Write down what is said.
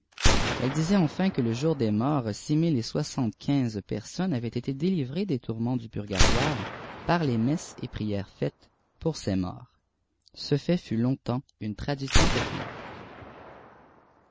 elle disait enfin que le jour des moiis àx mille et soixantehcuinze personnes avaient été délivrée des urments du puitoire par les messes et prières faites pour cet mortç ce fait fut longtemps une tradition populaire